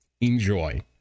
Enjoy